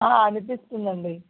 అనిపిస్తుంది అండి